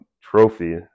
Trophy